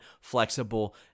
flexible